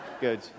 good